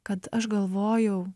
kad aš galvojau